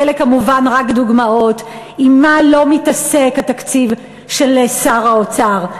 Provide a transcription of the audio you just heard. ואלה כמובן רק דוגמאות עם מה לא מתעסק התקציב של שר האוצר.